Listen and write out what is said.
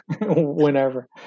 whenever